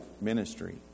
ministry